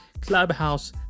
clubhouse